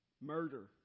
murder